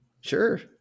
Sure